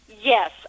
Yes